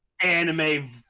anime